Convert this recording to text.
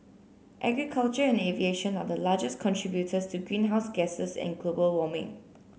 agriculture and aviation are the largest contributors to greenhouse gases and global warming